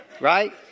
right